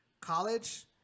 college